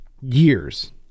years